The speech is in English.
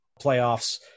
playoffs